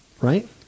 right